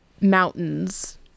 mountains